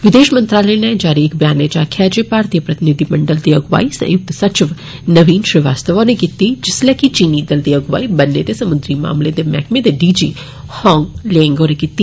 विदेष मंत्रालय नै जारी इक ब्यानै इच आक्खेया जे भारतीय प्रतिनिधिमंडल दी अगुवाई संयुक्त सचिव नवीन श्रीवास्तव होरें कीत्ती जिसलै कि चीनी दल दी अगुवाई बन्ने ते समुद्री मामले दे मैहकमें दे डीजी हॉग लीऑग होरें कीत्ती